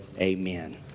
Amen